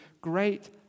great